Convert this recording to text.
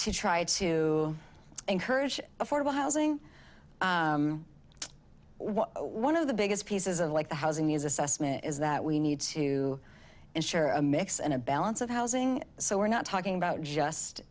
to try to encourage affordable housing one of the biggest pieces of like the housing news assessment is that we need to ensure a mix and a balance of housing so we're not talking about just